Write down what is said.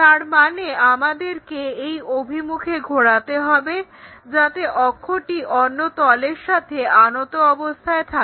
তারমানে আমাদেরকে এই অভিমুখে ঘোরাতে হবে যাতে অক্ষটি অন্য তলের সাথে আনত অবস্থায় থাকে